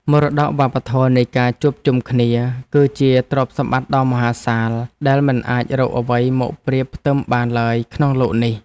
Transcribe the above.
មរតកវប្បធម៌នៃការជួបជុំគ្នា គឺជាទ្រព្យសម្បត្តិដ៏មហាសាលដែលមិនអាចរកអ្វីមកប្រៀបផ្ទឹមបានឡើយក្នុងលោកនេះ។